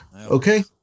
Okay